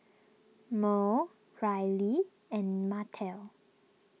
Merl Ryley and Martell